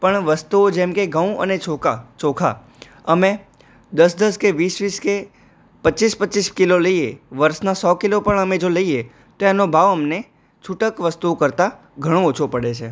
પણ વસ્તુઓ જેમ કે ઘઉં અને ચોખા અમે દસ દસ કે વીસ વીસ કે પચીસ પચીસ કિલો લઈએ વર્ષનાં સો કિલો પણ અમે જો લઈએ તો એનો ભાવ અમને છૂટક વસ્તુઓ કરતાં ઘણો ઓછો પડે છે